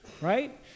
right